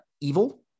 evil